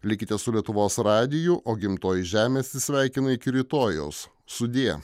likite su lietuvos radiju o gimtoji žemė atsisveikina iki rytojaus sudie